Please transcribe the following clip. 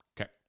okay